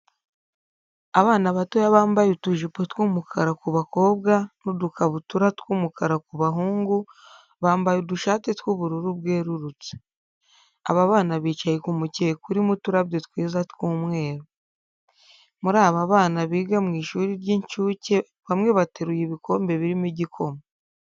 Abana batoya bambaye utujipo tw'umukara ku bakobwa n'udukabutura tw'umukara ku bahungu, bambaye udushati tw'ubururu bwerurutse. Aba bana bicaye ku mukeka urimo uturabyo twiza tw'umweru. Muri aba bana biga mu ishuri ry'incuke bamwe bateruye ibikombe birimo igikoma.